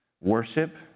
worship